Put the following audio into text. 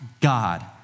God